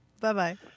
Bye-bye